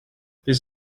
this